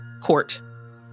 court